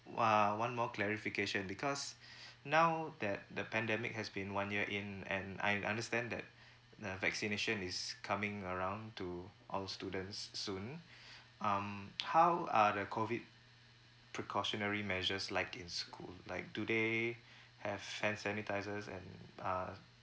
uh one more clarification because now that the pandemic has been one year in and I understand that the vaccination is coming around to all students soon um how are the COVID precautionary measures like in school like do they have hand sanitizers and uh